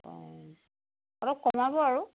অঁ অলপ কমাব আৰু